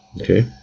Okay